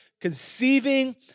conceiving